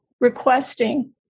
requesting